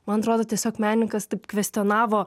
man atrodo tiesiog menininkas taip kvestionavo